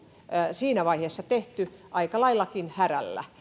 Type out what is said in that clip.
siinä vaiheessa tehty aika laillakin hädällä